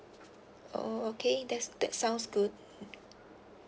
oh okay that's that sounds good